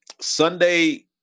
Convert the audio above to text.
Sunday